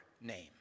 name